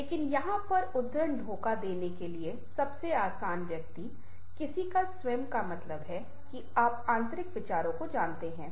लेकिन यहाँ यह उद्धरण धोखा देने के लिए सबसे आसान व्यक्ति किसी का स्वयं का मतलब है कि आप आंतरिक विचारों को जानते हैं